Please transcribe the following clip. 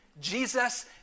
Jesus